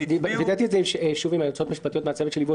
וידאתי את זה שוב עם היועצות המשפטיות מהצוות שלי.